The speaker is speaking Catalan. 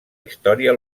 història